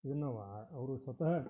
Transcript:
ಇದನ್ನವ ಅವರು ಸ್ವತಃ